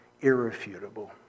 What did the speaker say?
irrefutable